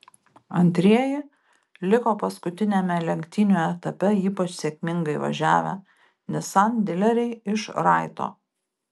antrieji liko paskutiniajame lenktynių etape ypač sėkmingai važiavę nissan dileriai iš raito